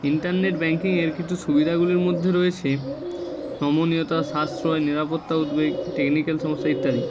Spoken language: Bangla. ইন্টারনেট ব্যাংকিংয়ের কিছু সুবিদাগুলির মধ্যে রয়েছে নমনীয়তা সাশ্রয় নিরাপত্তা উদ্বেগ টেকনিক্যাল সমস্যা ইত্যাদি